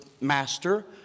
master